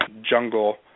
jungle